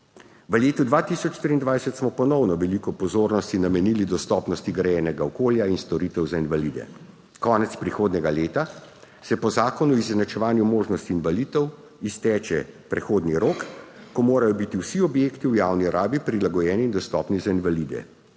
V letu 2023 smo ponovno veliko pozornosti namenili dostopnosti grajenega okolja in storitev za invalide. Konec prihodnjega leta se po Zakonu o izenačevanju možnosti invalidov izteče prehodni rok, ko morajo biti vsi objekti v javni rabi prilagojeni in dostopni za invalide.